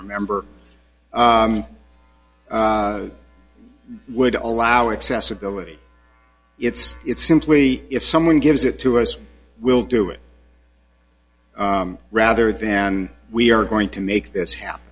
remember would allow accessibility it's it's simply if someone gives it to us we'll do it rather then we are going to make this happen